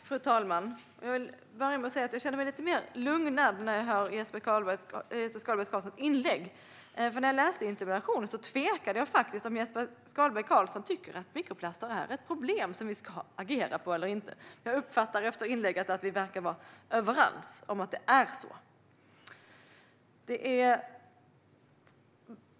Fru talman! Jag vill börja med att säga att jag känner mig lite lugnad när jag hör Jesper Skalberg Karlssons inlägg. När jag läste interpellationen undrade jag faktiskt om han tycker att mikroplaster är att problem där vi ska agera eller inte. Men efter hans inlägg uppfattar jag att vi verkar vara överens om att det är så.